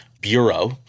bureau